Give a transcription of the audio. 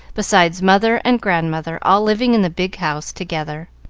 besides mother and grandmother, all living in the big house together.